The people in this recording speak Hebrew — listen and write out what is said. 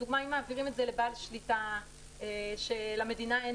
לדוגמה אם מעבירים את זה לבעל שליטה שלמדינה אין